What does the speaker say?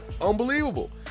unbelievable